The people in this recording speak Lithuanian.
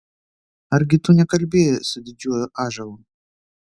argi tu nekalbėjai su didžiuoju ąžuolu